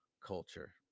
culture